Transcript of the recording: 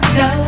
no